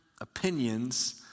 opinions